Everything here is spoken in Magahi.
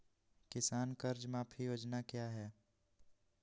किसान कर्ज माफी योजना क्या है?